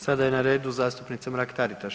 Sada je na redu zastupnica Mrak Taritaš.